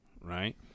right